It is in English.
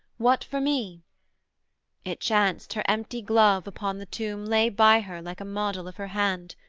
what for me it chanced, her empty glove upon the tomb lay by her like a model of her hand.